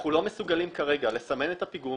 אנחנו לא מסוגלים כרגע לסמן את הפיגום